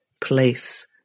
place